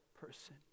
person